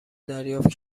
دریافت